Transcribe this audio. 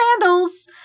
sandals